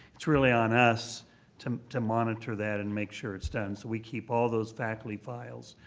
it's really on us to to monitor that and make sure it's done. so we keep all those faculty files.